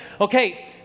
Okay